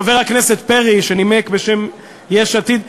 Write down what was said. חבר הכנסת פרי שנימק בשם יש עתיד,